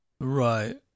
Right